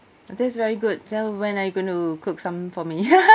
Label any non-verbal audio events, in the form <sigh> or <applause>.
uh this very good tell when are you going to cook some for me <laughs>